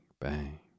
bang